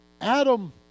Adam